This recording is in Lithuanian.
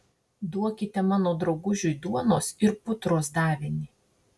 duokite mano draugužiui duonos ir putros davinį